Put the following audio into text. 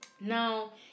Now